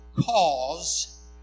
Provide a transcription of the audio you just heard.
cause